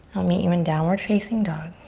i'll meet you in downward facing dog.